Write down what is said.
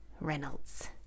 Reynolds